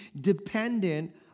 dependent